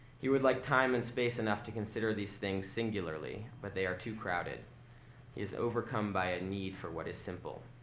he would like time and space enough to consider these things singularly, but they are too crowded. he is overcome by a need for what is simple.